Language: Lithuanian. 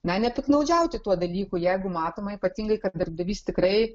na nepiktnaudžiauti tuo dalyku jeigu matoma ypatingai kad darbdavys tikrai